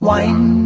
Wine